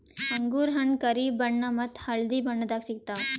ಅಂಗೂರ್ ಹಣ್ಣ್ ಕರಿ ಬಣ್ಣ ಮತ್ತ್ ಹಳ್ದಿ ಬಣ್ಣದಾಗ್ ಸಿಗ್ತವ್